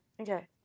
Okay